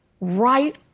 right